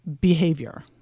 behavior